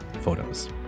photos